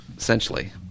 Essentially